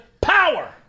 power